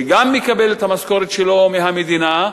שגם מקבל את המשכורת שלו מהמדינה,